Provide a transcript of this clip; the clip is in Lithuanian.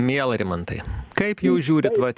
miela rimantai kaip jūs žiūrit vat